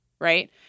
right